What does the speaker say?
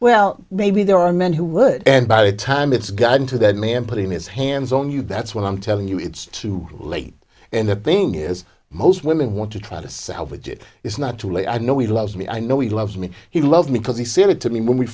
well maybe there are men who would and by the time it's gotten to that man put his hands on you that's what i'm telling you it's too late and the thing is most women want to try to salvage it it's not too late i know he loves me i know he loves me he loves me because he siri to me when we